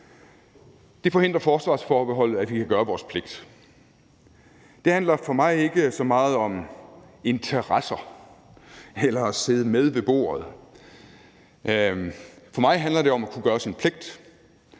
Der forhindrer forsvarsforbeholdet, at vi kan gøre vores pligt. Det handler for mig ikke så meget om interesser eller at sidde med ved bordet. For mig handler det om at kunne gøre sin pligt.